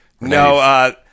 No